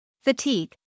Fatigue